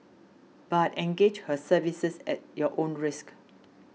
but engage her services at your own risk